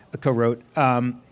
co-wrote